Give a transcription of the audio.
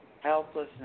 helplessness